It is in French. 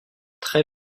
très